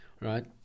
right